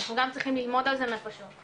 כולם צריכים ללמוד על זה מאיפה שהוא,